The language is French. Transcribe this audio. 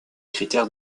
critères